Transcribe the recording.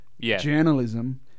journalism